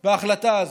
בהחלטה הזאת,